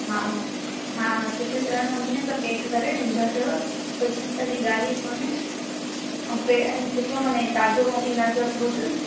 हा हा हा हा सुठी तरह नमूने सभु पैक करे ॾींदासीं पैकिंग त जी ॻाल्हि ई कोन्हे ऐं सुठो मने ताज़ो मोकिलींदा फ्रूट